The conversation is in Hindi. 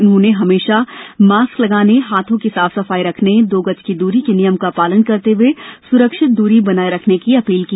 उन्होंने हमेशा मास्क लगाने हाथों की साफ सफाई रखने दो गज की दूरी के नियम का पालन करते हुए सुरक्षित दूरी बनाए रखने की अपील की